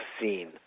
seen